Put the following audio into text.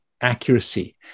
accuracy